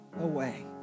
away